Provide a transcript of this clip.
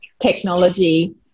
technology